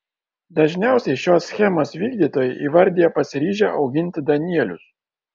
dažniausiai šios schemos vykdytojai įvardija pasiryžę auginti danielius